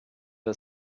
der